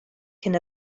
cyn